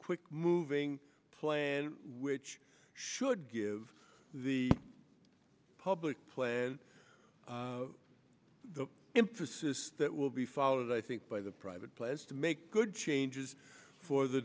quick moving plan which should give the public plan the emphasis that will be followed i think by the private plans to make good changes for the